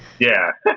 yeah.